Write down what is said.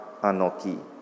Anoki